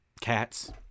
Cats